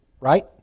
Right